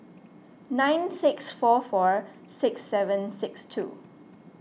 nine six four four six seven six two